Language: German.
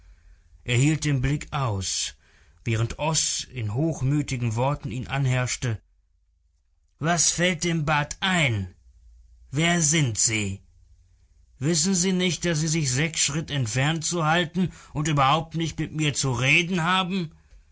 hielt den blick aus während oß in hochmütigen worten ihn anherrschte was fällt dem bat ein wer sind sie wissen sie nicht daß sie sich sechs schritt entfernt zu halten und überhaupt nicht mit mir zu reden haben